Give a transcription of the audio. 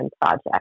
project